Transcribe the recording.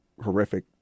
horrific